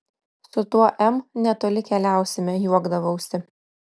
su tuo m netoli keliausime juokdavausi